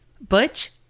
Butch